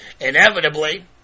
Inevitably